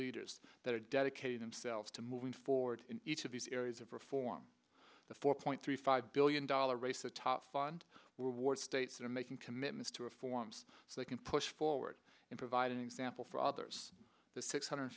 leaders that are dedicated themselves to moving forward in each of these areas of reform the four point three five billion dollars race the top fund ward states are making commitments to reforms they can push forward and provide an example for others the six hundred